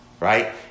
Right